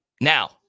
Now